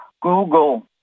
Google